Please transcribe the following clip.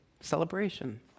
celebration